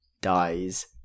dies